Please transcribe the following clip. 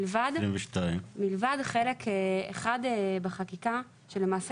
1.1.2022. מלבד חלק אחד בחקיקה שלמעשה